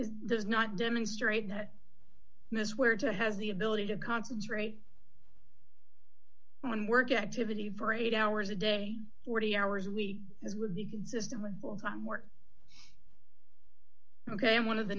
is does not demonstrate that miss ware to has the ability to concentrate on work activity for eight hours a day forty hours a week as would be consistent with full time work ok and one of the